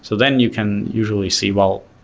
so then you can usually see well,